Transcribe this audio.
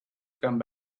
come